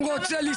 הנושא של